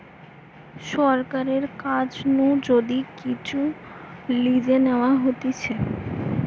সরকারের কাছ নু যদি কিচু লিজে নেওয়া হতিছে